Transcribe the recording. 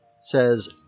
says